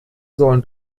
sollen